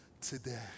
today